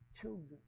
children